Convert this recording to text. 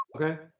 Okay